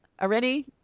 already